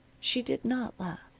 she did not laugh.